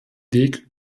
weg